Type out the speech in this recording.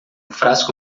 frasco